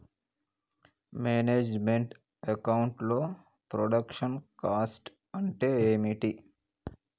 Manage meant account లో production cost అంటే ఏమిటి?